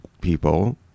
people